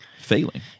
failing